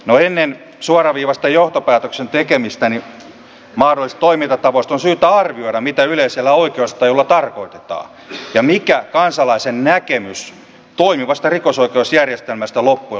no ennen suoraviivaista johtopäätöksen tekemistä mahdollisista toimintatavoista on syytä arvioida mitä yleisellä oikeustajulla tarkoitetaan ja mikä kansalaisen näkemys toimivasta rikosoikeusjärjestelmästä loppujen lopuksi sitten on